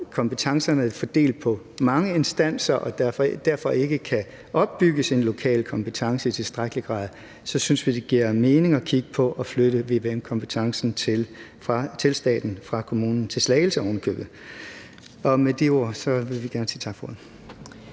kompetencerne er fordelt på mange instanser og der derfor ikke kan opbygges en lokal kompetence i tilstrækkelig grad, synes vi, det giver mening at kigge på at flytte vvm-kompetencen til staten fra kommunen – til Slagelse ovenikøbet. Og med de ord vil jeg sige tak for ordet.